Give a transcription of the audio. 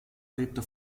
lebte